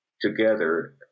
together